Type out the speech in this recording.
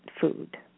food